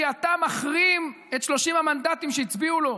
כי אתה מחרים את 30 המנדטים שהצביעו לו,